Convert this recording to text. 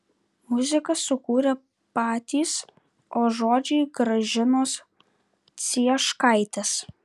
muziką sukūrė patys o žodžiai gražinos cieškaitės